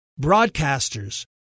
broadcasters